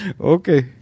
Okay